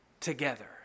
together